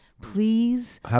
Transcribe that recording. Please